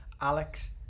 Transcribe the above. Alex